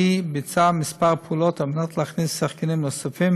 אך היא ביצעה כמה פעולות על מנת להכניס שחקנים נוספים